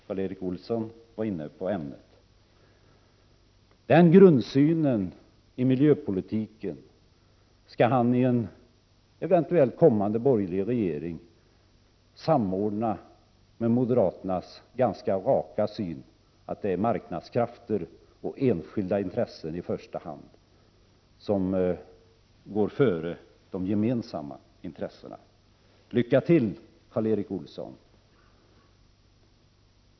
Karl Erik Olsson var inne på det ämnet. Den grundsynen på miljöpolitiken skall han i en eventuellt kommande borgerlig regering samordna med moderaternas ganska raka syn att marknadskrafter och enskilda intressen går före de gemensamma intressena. Lycka till, Karl Erik Olsson!